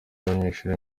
y’abanyeshuri